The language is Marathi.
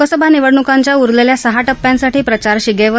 लोकसभा निवडणुकांच्या उरलेल्या सहा टप्प्यांसाठी प्रचार शिगेवर